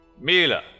Mila